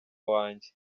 wange